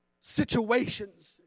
situations